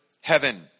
heaven